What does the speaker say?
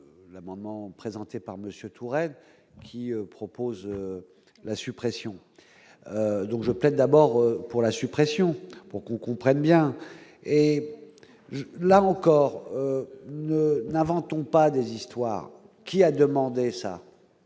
l'amendement présenté par Monsieur Touraine, qui propose la suppression donc je plaide d'abord pour la suppression pour qu'on comprenne bien, et là encore l'inventons pas des histoires qui a demandé ça.